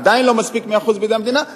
עדיין לא מספיק 100% בידי המדינה,